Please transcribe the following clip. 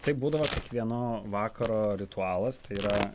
tai būdavo kiekvieno vakaro ritualas tai yra